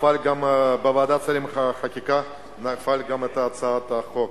נפלה גם בוועדת שרים לחקיקה הצעת החוק.